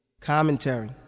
Commentary